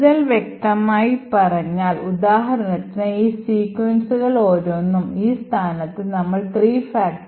കൂടുതൽ വ്യക്തമായി പറഞ്ഞാൽ ഉദാഹരണത്തിന് ഈ സീക്വൻസുകൾ ഓരോന്നും ഈ സ്ഥാനത്ത് നമ്മൾ 3